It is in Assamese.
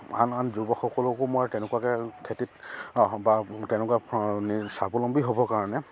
আন আন যুৱকসকলকো মই তেনেকুৱাকৈ খেতিত বা তেনেকুৱা স্বাৱলম্বী হ'ব কাৰণে